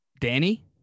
Danny